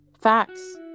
facts